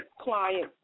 client